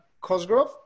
Cosgrove